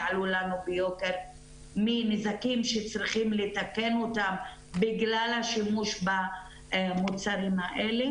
יעלו לנו ביוקר מנזקים שצריכים לתקן בגלל השימוש במוצרים האלה.